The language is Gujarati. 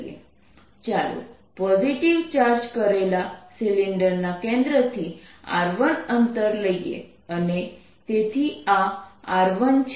EE1E2 ચાલો પોઝિટિવ ચાર્જ કરેલા સિલિન્ડરના કેન્દ્રથી R1 અંતર લઈએ અને તેથી આ R1 છે